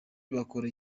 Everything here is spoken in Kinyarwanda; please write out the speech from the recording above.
bakora